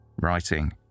writing